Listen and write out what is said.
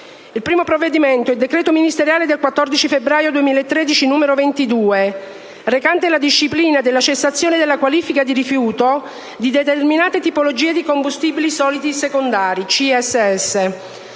Il primo provvedimento è il decreto ministeriale n. 22 del 14 febbraio 2013, recante la disciplina della cessazione della qualifica di rifiuto di determinate tipologie di combustibili solidi secondari (CSS),